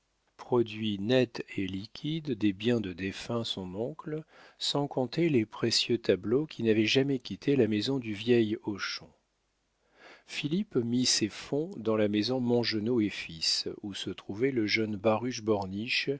produit net et liquide des biens de défunt son oncle sans compter les précieux tableaux qui n'avaient jamais quitté la maison du vieil hochon philippe mit ses fonds dans la maison mongenod et fils où se trouvait le jeune baruch